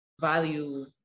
value